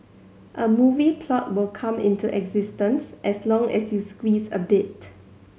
a movie plot will come into existence as long as you squeeze a bit